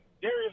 Darius